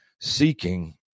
seeking